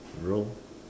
Rome